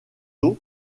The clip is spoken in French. les